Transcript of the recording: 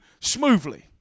smoothly